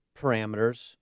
parameters